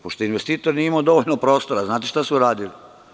Pošto investitor nije imao dovoljno prostora, znate li šta su uradili?